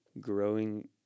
growing